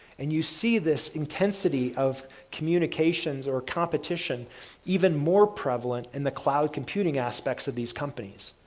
and you see this intensity of communications or competition even more prevalent in the cloud computing aspects of these companies.